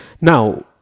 Now